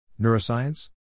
Neuroscience